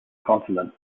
continent